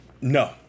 No